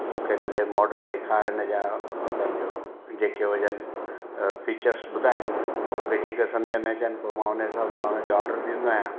मूंखे हिनजे मॉडल ॾेखार हिनजा पंहिंजो जेके हुजनि फीचर्स ॿुधाए पोइ मूंखे जेके समुझ में अचनि पोइ मां हुन हिसाब सां हुनजो ऑडर ॾींदो आहियां